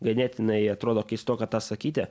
ganėtinai atrodo keistoka tą sakyti